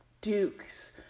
Duke's